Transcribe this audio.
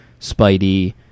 Spidey